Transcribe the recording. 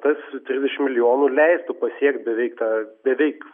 tas trisdešimt milijonų leistų pasiekt beveik tą beveik